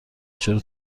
چرا